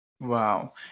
wow